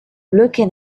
looking